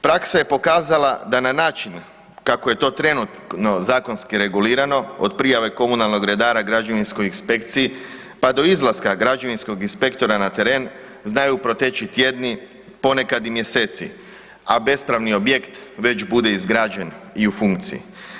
Praksa je pokazala da na način kako je to trenutno zakonski regulirano od prijave komunalnog redara građevinskoj inspekciji, pa do izlaska građevinskog inspektora na teren znaju proteći tjedni, ponekad i mjeseci, a bespravni objekt već bude izgrađen i u funkciji.